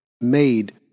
made